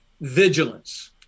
vigilance